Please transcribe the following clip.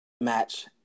match